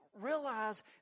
realize